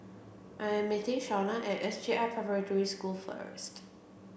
I am meeting Shauna at S J I Preparatory School first